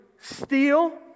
steal